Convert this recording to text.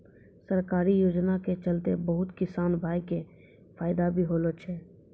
सरकारी योजना के चलतैं बहुत किसान भाय कॅ फायदा भी होलो छै